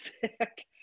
sick